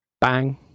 bang